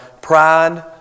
Pride